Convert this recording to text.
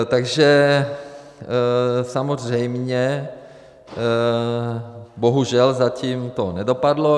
Takže samozřejmě, bohužel to zatím nedopadlo.